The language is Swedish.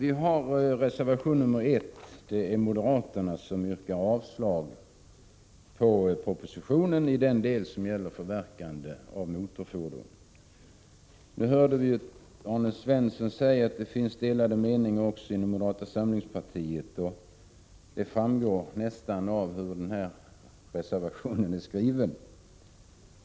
I reservation 1 yrkar moderaterna avslag på propositionen i den del som gäller förverkande av motorfordon. Vi hörde Arne Svensson säga att det finns delade meningar också inom moderata samlingspartiet, och det framgår nästan av hur reservationen är skriven.